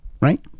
Right